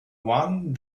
one